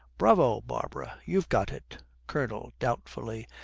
bravo, barbara, you've got it colonel, doubtfully,